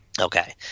Okay